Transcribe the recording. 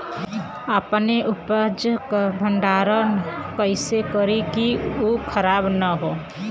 अपने उपज क भंडारन कइसे करीं कि उ खराब न हो?